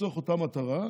לצורך אותה מטרה.